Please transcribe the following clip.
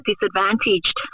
disadvantaged